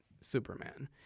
Superman